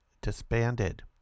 disbanded